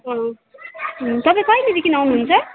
अँ तपाईँ कहिलेदेखि आउनुहुन्छ